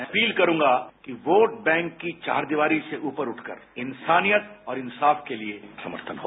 मैं अपील करूगां कि वोट बैंक की चार दीवारी से ऊपर उठकर इंसानियत और इंसाफ के लिए समर्थन हो